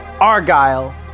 Argyle